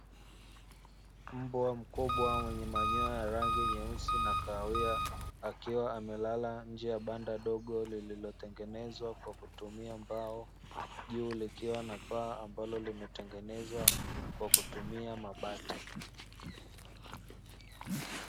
Mbwa mkubwa mwenye manyoya ya rangi nyeusi na kahawia, akiwa amelala nje ya banda dogo lililotengenezwa kwa kutumia mbao, juu likiwa na paa ambalo limetengenezwa kwa kutumia mabati.